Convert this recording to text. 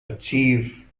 achieve